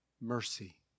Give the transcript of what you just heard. mercy